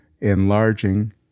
enlarging